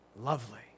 lovely